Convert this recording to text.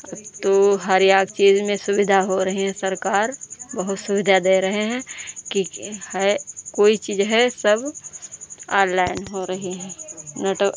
अब तो हर एक चीज़ में सुविधा हो रही है सरकार बहुत सुविधा दे रही है कि कि है कोई चीज़ है सब ऑनलाइन हो रही है ना तो